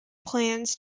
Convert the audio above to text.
plans